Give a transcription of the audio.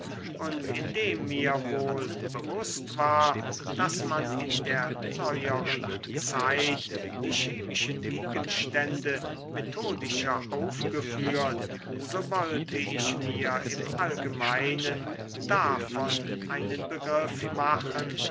und indem mir wohl bewußt war daß man in der neueren zeit die chemischen gegenstände methodischer aufgeführt so wollte ich mir im allgemeinen davon einen begriff machen